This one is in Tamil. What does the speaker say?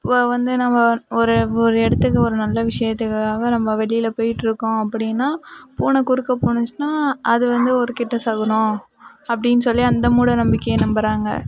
இப்போ வந்து நம்ம ஒரு ஒரு இடத்துக்கு ஒரு நல்ல விஷயத்துக்குக்காக நம்ம வெளியில் போய்ட்டு இருக்கோம் அப்படினா பூனை குறுக்கே போணுச்சுனா அது வந்து ஒரு கெட்ட சகுனம் அப்படின்னு சொல்லி அந்த மூட நம்பிக்கையை நம்புகிறாங்க